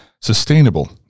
sustainable